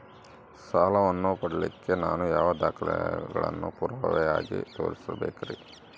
ಸಾಲವನ್ನು ಪಡಿಲಿಕ್ಕೆ ನಾನು ಯಾವ ದಾಖಲೆಗಳನ್ನು ಪುರಾವೆಯಾಗಿ ತೋರಿಸಬೇಕ್ರಿ?